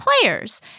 players